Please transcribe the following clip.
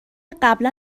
قبلا